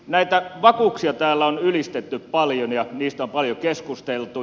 näitä vakuuksia täällä on ylistetty paljon ja niistä on paljon keskusteltu